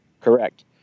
Correct